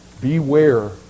Beware